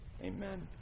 Amen